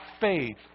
faith